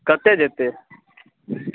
कते जेतै